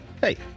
Hey